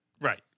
Right